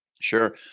Sure